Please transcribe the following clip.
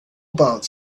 about